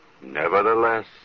Nevertheless